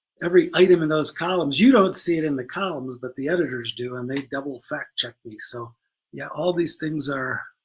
every item in those columns you don't see in the columns, but the editors do and they double fact check me. so yeah all these things are,